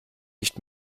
nicht